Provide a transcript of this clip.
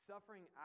Suffering